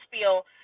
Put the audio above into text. feel